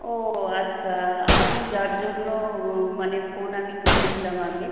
ও আচ্ছা আমি যার জন্য মানে ফোন আমি করেছিলাম আগে